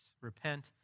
Repent